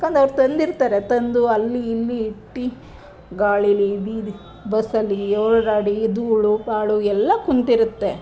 ಯಾಕಂದ್ರೆ ಅವ್ರು ತಂದಿರ್ತಾರೆ ತಂದು ಅಲ್ಲಿ ಇಲ್ಲಿ ಇಟ್ಟಿ ಗಾಳಿಲಿ ಬೀದಿ ಬಸ್ಸಲ್ಲಿ ಓಡಾಡಿ ಧೂಳು ಪಾಳು ಎಲ್ಲ ಕೂತಿರುತ್ತೆ